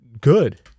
good